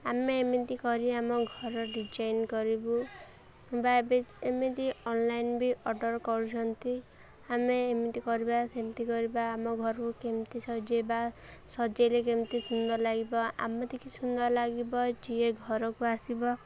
ଆମେ ଏମିତି କରି ଆମ ଘର ଡିଜାଇନ୍ କରିବୁ ବା ଏବେ ଏମିତି ଅନଲାଇନ୍ବି ଅର୍ଡ଼ର୍ କରୁଛନ୍ତି ଆମେ ଏମିତି କରିବା ସେମିତି କରିବା ଆମ ଘରକୁ କେମିତି ସଜେଇବା ସଜେଇଲେ କେମିତି ସୁନ୍ଦର ଲାଗିବ ଆମେତି କି ସୁନ୍ଦର ଲାଗିବ ଯିଏ ଘରକୁ ଆସିବ